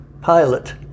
pilot